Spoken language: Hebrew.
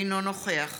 אינו נוכח